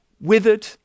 withered